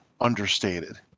understated